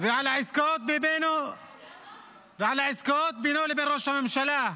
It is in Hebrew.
ועל העסקאות בינו לבין ראש הממשלה,